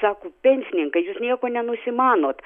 sako pensininkai jūs nieko nenusimanot